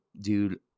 dude